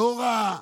לא ראה.